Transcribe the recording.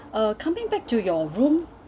uh coming back to your room